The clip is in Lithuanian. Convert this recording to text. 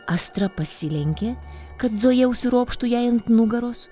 astra pasilenkė kad zoja užsiropštų jai ant nugaros